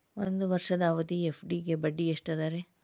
ಒಂದ್ ವರ್ಷದ ಅವಧಿಯ ಎಫ್.ಡಿ ಗೆ ಬಡ್ಡಿ ಎಷ್ಟ ಅದ ರೇ?